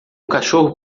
cachorro